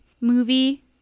movie